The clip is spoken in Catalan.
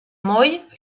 moll